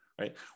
right